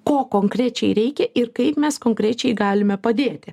ko konkrečiai reikia ir kaip mes konkrečiai galime padėti